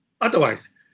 Otherwise